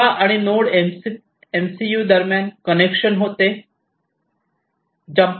LoRa आणि node MCU दरम्यान connection होते